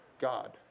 God